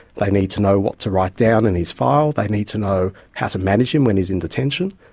they need to know what to write down in his file, they need to know how to manage him when he's in detention,